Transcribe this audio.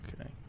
Okay